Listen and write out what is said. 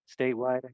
Statewide